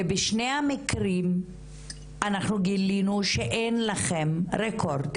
בשני המקרים גילינו שאין לכם רקורד,